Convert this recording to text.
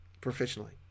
Professionally